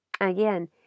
Again